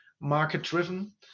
market-driven